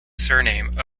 surname